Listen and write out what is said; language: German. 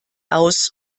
aus